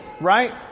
right